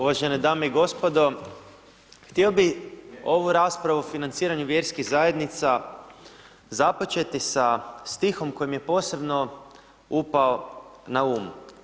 Uvažene dame i gospodo, htio bi ovu raspravu financiranjem vjerskih zajednica započeti sa stihom koji mi je posebno upao na um.